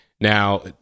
Now